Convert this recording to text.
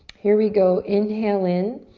here we go. inhale in.